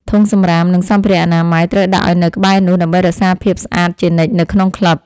ធុងសម្រាម និងសម្ភារៈអនាម័យ ត្រូវដាក់ឱ្យនៅក្បែរនោះ ដើម្បីរក្សាភាពស្អាតជានិច្ចនៅក្នុងក្លឹប។